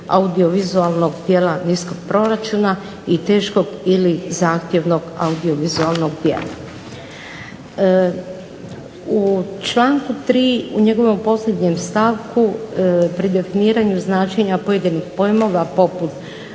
audiovizualnog djela niskog proračuna i teškog ili zahtjevnog audiovizualnog djela. U članku 3. u njegovom posljednjem stavku pri definiranju značenja pojedinih pojmova poput